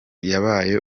yabaye